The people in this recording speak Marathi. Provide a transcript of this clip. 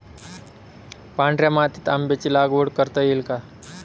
पांढऱ्या मातीत आंब्याची लागवड करता येईल का?